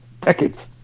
decades